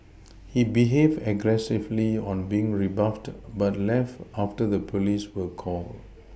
he behaved aggressively on being rebuffed but left after the police were called